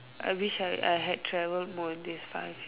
I wish I I had travelled more in these five